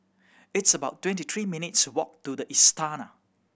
it's about twenty three minutes' walk to The Istana